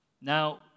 Now